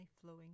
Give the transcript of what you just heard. flowing